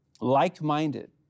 like-minded